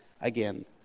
again